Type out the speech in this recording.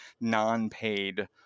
non-paid